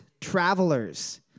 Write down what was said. travelers